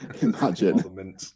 Imagine